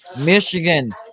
Michigan